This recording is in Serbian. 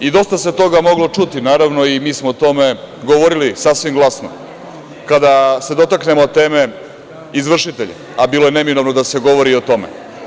Dosta se toga moglo čuti i mi smo o tome govorili sasvim glasno kada se dotaknemo teme - izvršitelji, a bilo je neminovno da se govori i o tome.